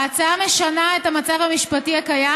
ההצעה משנה את המצב המשפטי הקיים,